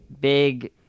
big